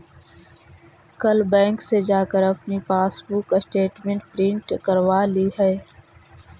कल बैंक से जाकर अपनी पासबुक स्टेटमेंट प्रिन्ट करवा लियह